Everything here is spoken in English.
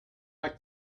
like